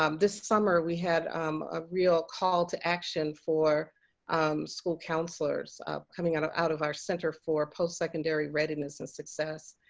um this summer we had a real call to action for school counselors coming out of out of our center for post secondary readiness and success.